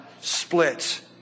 splits